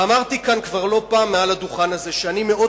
אמרתי כבר לא פעם כאן מעל הדוכן הזה שאני מאוד